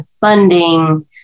funding